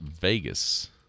Vegas